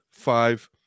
five